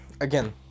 again